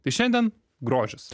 tai šiandien grožis